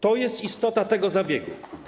To jest istota tego zabiegu.